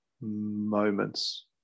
moments